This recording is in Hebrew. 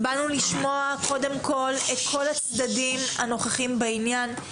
באנו לשמוע קודם כול את כל הצדדים הנוכחים בעניין.